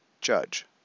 judge